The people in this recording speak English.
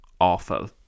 awful